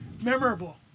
memorable